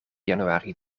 januari